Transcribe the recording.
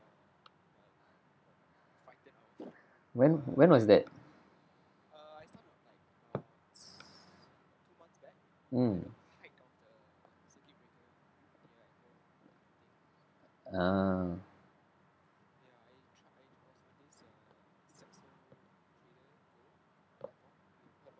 when when was that um ah